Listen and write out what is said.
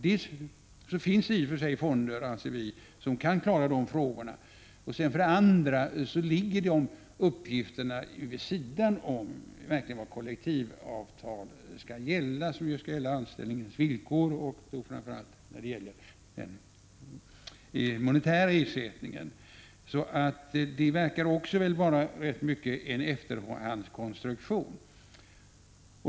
Dels finns redan fonder som kan klara detta, dels ligger dessa uppgifter vid sidan av det som verkliga kollektivavtal skall gälla. De skall ju gälla anställningens villkor och framför allt den monetära ersättningen. Det här verkar vara mycket av en efterhandskonstruktion.